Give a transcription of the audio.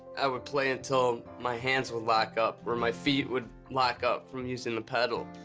i would play until my hands would lock up or my feet would lock up from using the pedal.